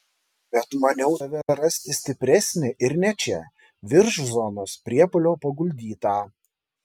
bet maniau tave rasti stipresnį ir ne čia virš zonos priepuolio paguldytą